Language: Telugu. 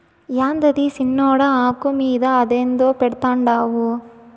యాందది సిన్నోడా, ఆకు మీద అదేందో పెడ్తండావు